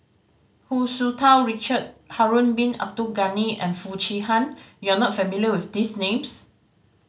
Hu Tsu Tau Richard Harun Bin Abdul Ghani and Foo Chee Han you are not familiar with these names